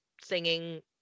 singing